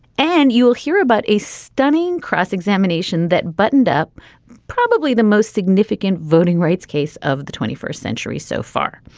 and you will hear about a stunning cross-examination that buttoned up probably the most significant voting rights case of the twenty first century so far.